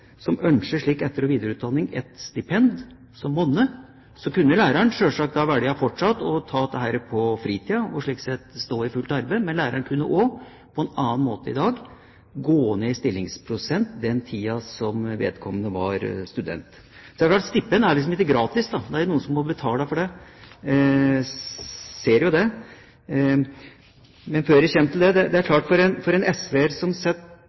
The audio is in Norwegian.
som ønsker etter- og videreutdanning – det er mange av dem, heldigvis – et stipend som monner, kunne læreren fortsatt velge å ta dette på fritida, og slik sett stå i fullt arbeid. Men læreren kunne også på en annen måte enn i dag gå ned i stillingsprosent den tida vedkommende var student. Stipend er ikke gratis. Det er noen som må betale for det. Jeg ser jo det. Men før jeg kommer til det: Det er klart at det for en SV-er som